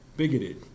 bigoted